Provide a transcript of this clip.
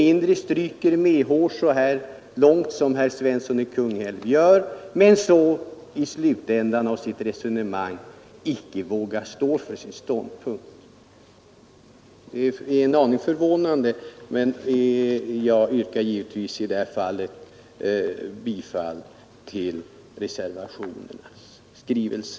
ifrån att här bör en ändring ske. Herr Svensson anslöt sig inte till reservanternas förslag. Det är en aning förvånande att herr Svensson Fru talman! Jag yrkar givetvis bifall till reservationen.